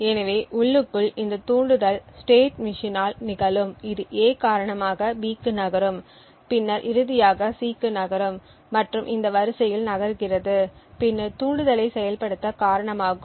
எனவே உள்ளுக்குள் இந்த தூண்டுதல் ஸ்டேட் மெஷின் ஆல் நிகழும் இது A காரணமாக B க்கு நகரும் பின்னர் இறுதியாக C க்கு நகரும் மற்றும் இந்த வரிசையில் நகர்கிறது பின்னர் தூண்டுதலை செயல்படுத்த காரணமாகும்